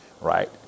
right